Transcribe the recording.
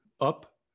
up